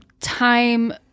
time